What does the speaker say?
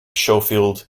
schofield